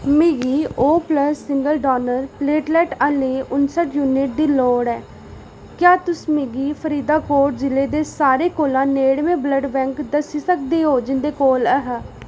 मिगी O plus single donor platelet आह्ले उन्स्ट यूनिट दी लोड़ ऐ क्या तुस मिगी फरीदाकोट जि'ले दे सारे कोला नेड़मे ब्लड बैंक दस्सी सकदे ओ जिंदे कोल ऐ हा